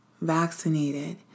vaccinated